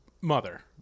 mother